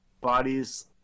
bodies